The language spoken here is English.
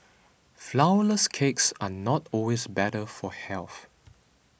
Flourless Cakes are not always better for health